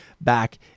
back